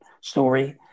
story